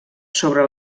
sobre